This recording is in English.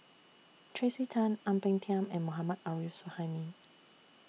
Tracey Tan Ang Peng Tiam and Mohammad Arif Suhaimi